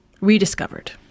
Rediscovered